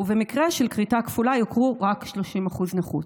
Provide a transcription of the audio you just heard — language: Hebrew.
ובמקרה של כריתה כפולה, יוכרו רק 30% נכות.